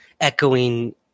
echoing